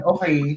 Okay